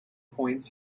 points